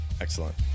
Excellent